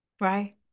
Right